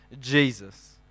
Jesus